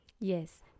Yes